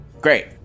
Great